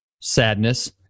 sadness